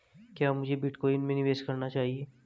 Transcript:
क्या मुझे बिटकॉइन में निवेश करना चाहिए?